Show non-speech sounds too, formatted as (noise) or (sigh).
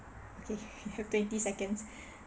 okay (laughs) have twenty seconds (breath)